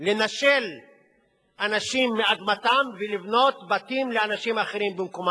לנשל אנשים מאדמתם ולבנות בתים לאנשים אחרים במקומם.